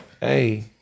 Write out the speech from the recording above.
Hey